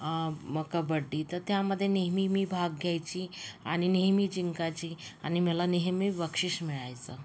म कबड्डी तर त्यामध्ये नेहमी मी भाग घ्यायची आणि नेहमी जिंकाची आणि मला नेहमी बक्षीस मिळायचं